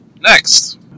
next